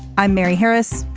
i'm mary harris.